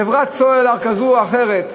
חברת סלולר כזאת או אחרת,